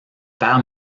père